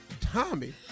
Tommy